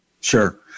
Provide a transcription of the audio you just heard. Sure